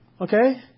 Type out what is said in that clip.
Okay